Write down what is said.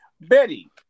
Betty